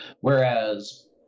Whereas